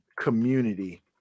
community